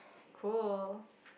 cool